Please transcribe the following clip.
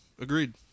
agreed